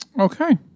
Okay